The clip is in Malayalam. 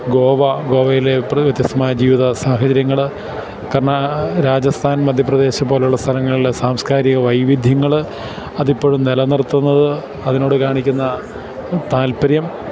ഗോവ ഗോവയിലെ വ്യത്യസ്തമായ ജീവിതസാഹചര്യങ്ങള് രാജസ്ഥാൻ മധ്യപ്രദേശ് പോലെയുള്ള സ്ഥലങ്ങളിലെ സാംസ്കാരിക വൈവിധ്യങ്ങള് അതിപ്പോഴും നിലനിർത്തുന്നത് അതിനോട് കാണിക്കുന്ന താൽപര്യം